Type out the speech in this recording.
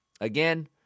again